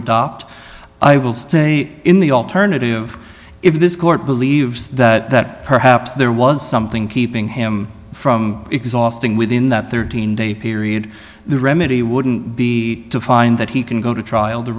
adopt i will say in the alternative if this court believes that perhaps there was something keeping him from exhausting within that thirteen day period the remedy wouldn't be to find that he can go to trial t